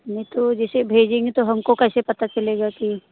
नहीं तो जिसे भेजेंगे तो हमको कैसे पता चलेगा कि